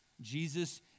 Jesus